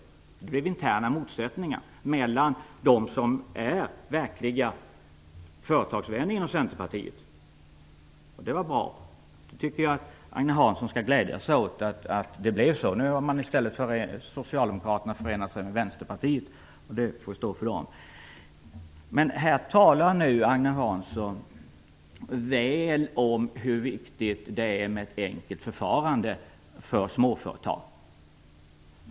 Det blev interna motsättningar med dem som är verkliga företagsvänner inom Centerpartiet. Det var bra, och jag tycker att Agne Hansson skall glädja sig åt att det blev så. Nu har i stället Socialdemokraterna förenat sig med Vänsterpartiet, och det får stå för dem. Här talar nu Agne Hansson väl om hur viktigt det är med ett enkelt förfarande för småföretag.